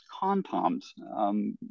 CONTOMS